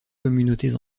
communautés